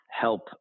help